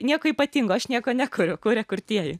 ji nieko ypatingo aš nieko nekuriu kuria kurtieji